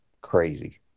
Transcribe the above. crazy